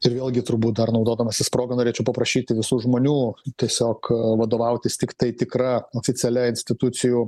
ir vėlgi turbūt dar naudodamasis proga norėčiau paprašyti visų žmonių tiesiog vadovautis tiktai tikra oficialia institucijų